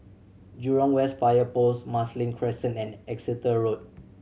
Jurong West Fire Post Marsiling Crescent and Exeter Road